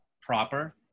proper